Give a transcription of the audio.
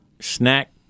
snack